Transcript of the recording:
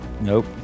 Nope